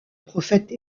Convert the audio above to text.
prophète